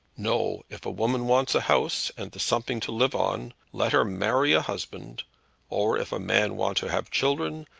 no if a woman wants a house, and de something to live on, let her marry a husband or if a man want to have children,